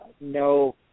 no